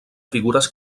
figures